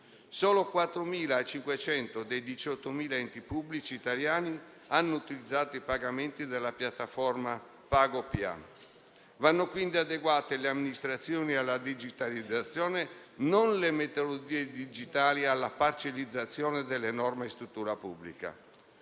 solo 4.500 dei 18.000 enti pubblici italiani hanno utilizzato i pagamenti della piattaforma pagoPA. Vanno quindi adeguate le amministrazioni alla digitalizzazione e non le metodologie digitali alla parcellizzazione dell'enorme struttura pubblica.